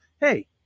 hey